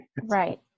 Right